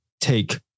take